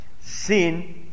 Sin